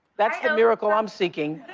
that's the miracle i'm seeking.